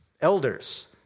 elders